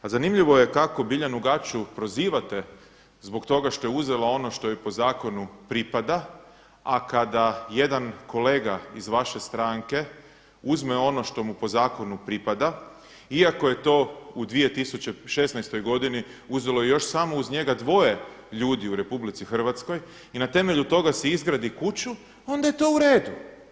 A zanimljivo je kao Biljanu Gaću prozivate zbog toga što je uzela ono što joj po zakonu pripada, a kada jedan kolega iz vaše stranke uzme ono što mu po zakonu pripada iako je to u 2016. uzelo još samo uz njega dvoje ljudi u RH i na temelju toga si izgradi kuću onda je to uredu.